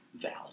valley